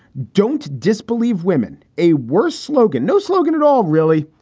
don't disbelieve women. a worse slogan. no slogan at all, really.